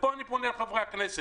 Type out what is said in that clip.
פה אני פונה לחברי הכנסת.